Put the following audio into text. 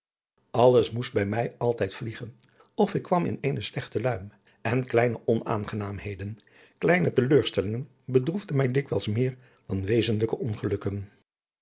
alles moest bij mij altijd vliegen of ik kwam in eene slechte luim en kleine onaangenaamheden kleine teleurstellingen bedroefden mij dikwijls meer dan wezenlijke ongelukken